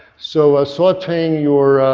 so ah sauteing your,